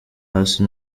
hasi